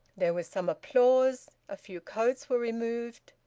there was some applause, a few coats were removed,